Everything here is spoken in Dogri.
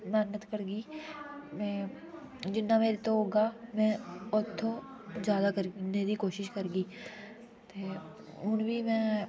मेह्नत करगी मैं जिन्ना मेरे तों होगा में उत्थूं ज्यादा करगे करने दी कोशिश करगी ते हून बी में